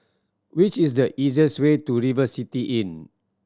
which is the easiest way to River City Inn